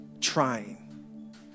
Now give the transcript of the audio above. trying